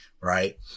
Right